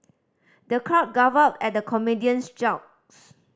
the crowd guffawed at the comedian's jokes